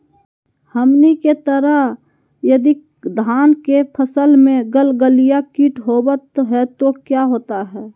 हमनी के तरह यदि धान के फसल में गलगलिया किट होबत है तो क्या होता ह?